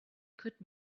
could